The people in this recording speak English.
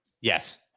Yes